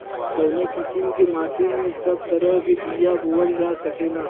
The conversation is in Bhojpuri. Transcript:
कवने किसीम के माटी में सब तरह के बिया बोवल जा सकेला?